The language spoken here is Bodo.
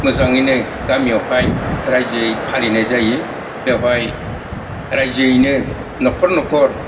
मोजाङैनो गामियावहाय रायजोयै फालिनाय जायो बेवहाय रायजोयैनो न'खर न'खर